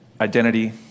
identity